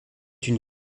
une